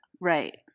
Right